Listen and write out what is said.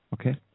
okay